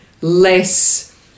less